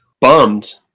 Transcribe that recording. bummed